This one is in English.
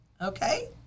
Okay